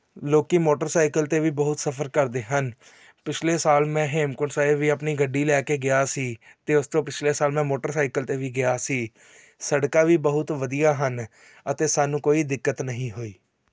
ਲੋਕ ਮੋਟਰਸਾਈਕਲ 'ਤੇ ਵੀ ਬਹੁਤ ਸਫਰ ਕਰਦੇ ਹਨ ਪਿਛਲੇ ਸਾਲ ਮੈਂ ਹੇਮਕੁੰਟ ਸਾਹਿਬ ਵੀ ਆਪਣੀ ਗੱਡੀ ਲੈ ਕੇ ਗਿਆ ਸੀ ਅਤੇ ਉਸ ਤੋਂ ਪਿਛਲੇ ਸਾਲ ਮੈਂ ਮੋਟਰਸਾਈਕਲ 'ਤੇ ਵੀ ਗਿਆ ਸੀ ਸੜਕਾਂ ਵੀ ਬਹੁਤ ਵਧੀਆ ਹਨ ਅਤੇ ਸਾਨੂੰ ਕੋਈ ਦਿੱਕਤ ਨਹੀਂ ਹੋਈ